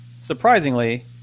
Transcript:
surprisingly